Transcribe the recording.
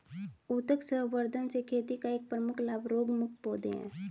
उत्तक संवर्धन से खेती का एक प्रमुख लाभ रोगमुक्त पौधे हैं